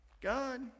God